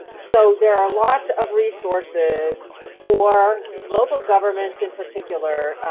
so there are lots of resources for local governments in particular.